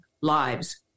lives